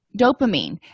dopamine